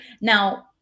Now